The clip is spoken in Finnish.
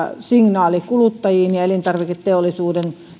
signaali kuluttajille ja elintarviketeollisuuden